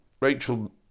Rachel